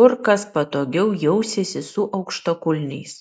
kur kas patogiau jausiesi su aukštakulniais